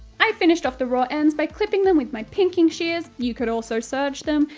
i finished off the raw ends by clipping them with my pinking shears you could also serge them,